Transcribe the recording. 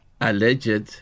alleged